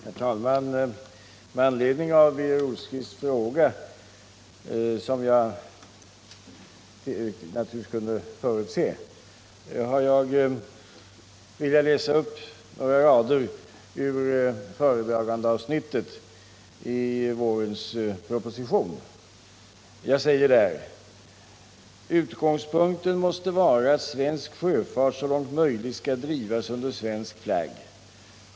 Herr talman! Med anledning av Birger Rosqvists fråga, som jag naturligtvis kunde förutse, vill jag läsa upp några rader ur föredragandeavsnittet i vårens proposition. Jag säger där: ”Utgångspunkten måste vara att svensk sjöfart så långt möjligt skall drivas under svensk flagg.